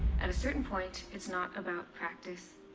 at a certain point, it's not about practice,